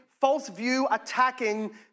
false-view-attacking